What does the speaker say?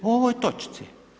O ovoj točci.